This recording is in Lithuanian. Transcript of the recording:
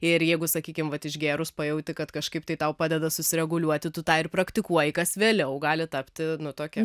ir jeigu sakykim vat išgėrus pajauti kad kažkaip tai tau padeda susireguliuoti tu tą ir praktikuoji kas vėliau gali tapti nu tokia